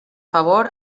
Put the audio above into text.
favor